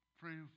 pray